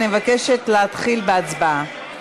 אני מבקשת להתחיל בהצבעה.